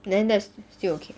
then that's still okay